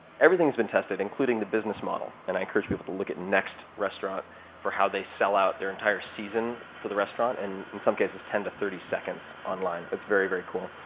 everything's been tested, including the business model. and i encourage people to look at next restaurant for how they sell out their entire season for the restaurant in, in some cases, ten to thirty seconds online. it's very, very cool.